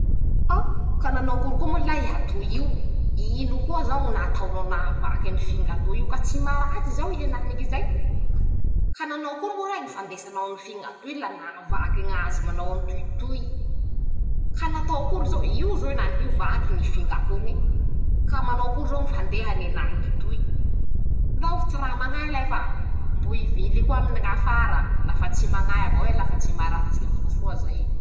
<...> ka nanao akory koa moa lahy iha toy ioo? Ino koa zao ñy nataonao nahavaky any ñy finga toy io? Ka tsy maratsy zao iha enaniky zay? Ka nanao akory ma roae ñy fandesanao any finga toy la nahavaky ñazy manao anitoitoyy? Ka natao akory zao? Io zao enanik'io vaky ñy fingakoñe, ka manao akory zao ñy fandehany ii enaniky toy? Ndao fa tsy ra mañahy lay fa mbo hivily koa aminy ñ'afara, lafa tsy mañahy avao iha, lafa tsy maratsy lafa soa zay.